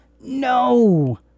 No